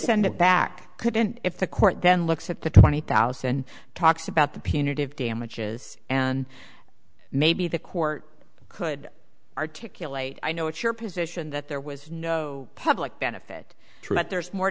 send it back couldn't if the court then looks at the twenty thousand talks about the punitive damages and maybe the court could articulate i know it's your position that there was no public benefit trent there's more